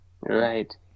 Right